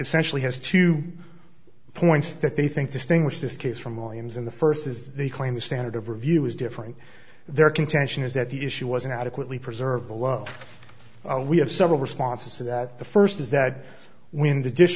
essentially has two points that they think distinguished this case from williams in the first is the claim the standard of review is different their contention is that the issue wasn't adequately preserved below we have several responses to that the first is that when the dish